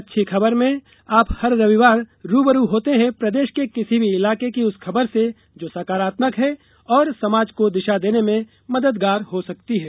अच्छी खबर में आप हर रविवार रू ब रू होते हैं प्रदेश के किसी भी इलाके की उस खबर से जो सकारात्मक है और समाज को दिशा देने में मददगार हो सकती है